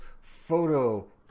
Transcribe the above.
photo